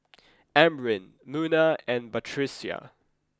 Amrin Munah and Batrisya